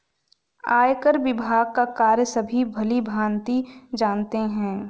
आयकर विभाग का कार्य सभी भली भांति जानते हैं